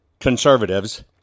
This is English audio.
conservatives